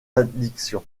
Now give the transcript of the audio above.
addiction